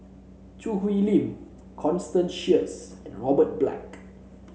Choo Hwee Lim Constance Sheares and Robert Black